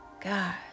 God